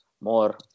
more